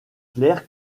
clair